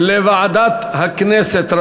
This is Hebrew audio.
לוועדת הכנסת.